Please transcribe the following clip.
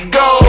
go